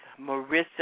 Marissa